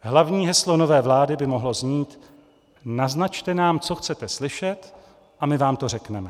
Hlavní heslo nové vlády by mohlo znít: naznačte nám, co chcete slyšet, a my vám to řekneme.